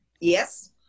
Yes